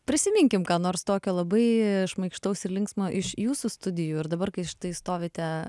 prisiminkim ką nors tokio labai šmaikštaus ir linksmo iš jūsų studijų ir dabar kai štai stovite